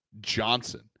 Johnson